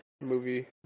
movie